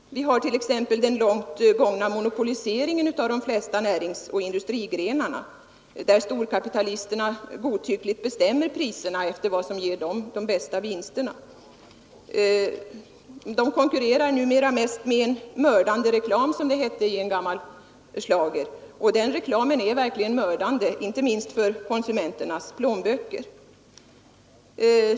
Vi har t.ex. den långt gångna monopoliseringen av de flesta näringsoch industrigrenarna, där storkapitalisterna godtyckligt bestämmer priserna efter vad som ger dem de bästa vinsterna. De konkurrerar numera mest med ”mördande reklam”, som det hette i en gammal schlager, och den reklamen är verkligen mördande, inte minst för konsumenternas plånböcker.